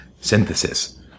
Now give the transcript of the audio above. synthesis